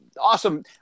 awesome